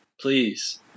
Please